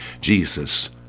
Jesus